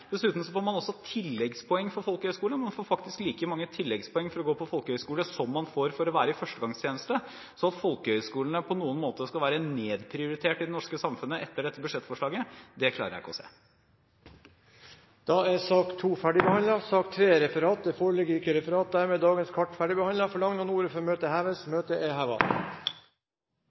Dessuten får man også tilleggspoeng for folkehøyskolen – man får faktisk like mange tilleggspoeng for å gå på folkehøyskole som man får for å ta førstegangstjeneste. Så at folkehøyskolene på noen måte skal være nedprioritert i det norske samfunnet etter dette budsjettforslaget, klarer jeg ikke å se. Da er sak nr. 2 ferdigbehandlet. Det foreligger ikke noe referat. Dermed er sakene på dagens kart ferdigbehandlet. Forlanger noen ordet før møtet heves? – Møtet er